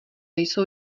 jsou